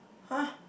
[huh]